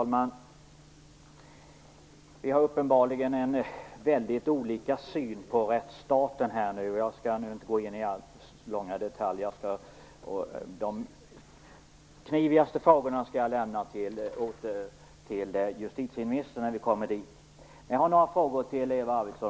Herr talman! Vi har uppenbarligen helt olika syn på rättsstaten. Jag skall inte gå in på alltför långdragna detaljer. De knivigaste frågorna skall jag lämna till justitieministern när vi kommer dit. Men jag har också några frågor till Eva Arvidsson.